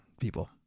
people